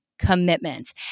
commitments